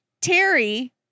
Terry